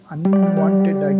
Unwanted